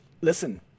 Listen